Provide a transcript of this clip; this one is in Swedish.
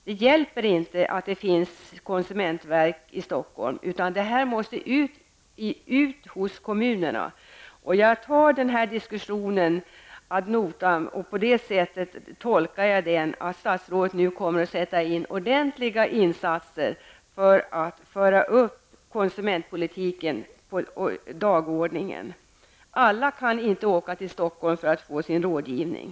Det hjälper inte att det finns ett konsumentverk i Stockholm -- det här måste ut till kommunerna. Jag tar vad som har sagts i den här diskussionen av notan och tolkar det så att statsrådet nu kommer att sätta in ordentliga åtgärder för att föra upp konsumentpolitiken på dagordningen. Alla kan inte åka till Stockholm för att få sin rådgivning.